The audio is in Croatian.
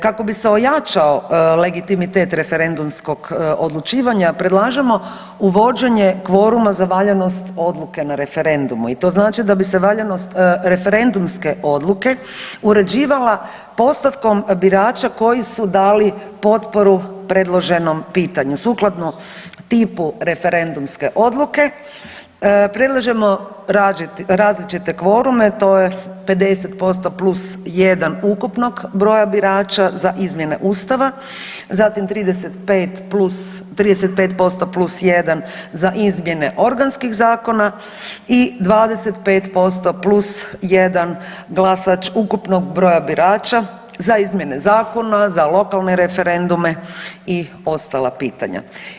Kako bi se ojačao legitimitet referendumskog odlučivanja predlažemo uvođenje kvoruma za valjanost odluke na referendumu i to znači da bi se valjanost referendumske odluke uređivala postotkom birača koji su dali potporu predloženom pitanju, sukladno tipu referendumske odluke predlažemo različite kvorume, to je 50% plus jedan ukupnog broja birača za izmjene ustava, zatim 35 plus, 35% plus jedan za izmjene organskih zakona i 25% plus jedan glasač ukupnog broja birača za izmjene zakona za lokalne referendume i ostala pitanja.